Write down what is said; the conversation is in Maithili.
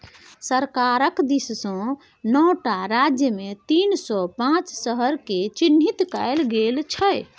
सरकारक दिससँ नौ टा राज्यमे तीन सौ पांच शहरकेँ चिह्नित कएल गेल छै